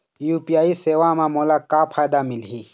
UPI सेवा म मोला का फायदा मिलही?